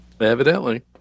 Evidently